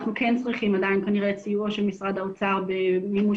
אנחנו כן צריכים עדיין סיוע של משרד האוצר במימוש